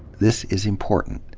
this is important.